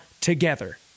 together